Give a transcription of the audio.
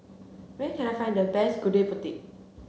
where can I find the best Gudeg Putih